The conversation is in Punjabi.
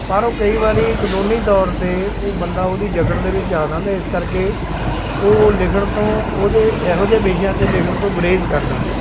ਪਰ ਉਹ ਕਈ ਵਾਰੀ ਕਾਨੂੰਨੀ ਤੌਰ 'ਤੇ ਉਹ ਬੰਦਾ ਉਹਦੀ ਜਕੜ ਦੇ ਵਿੱਚ ਆ ਜਾਂਦਾ ਇਸ ਕਰਕੇ ਉਹ ਲਿਖਣ ਤੋਂ ਉਹਦੇ ਇਹੋ ਜਿਹੇ ਵਿਸ਼ਿਆਂ 'ਤੇ ਲਿਖਣ ਤੋਂ ਗੁਰੇਜ਼ ਕਰਦਾ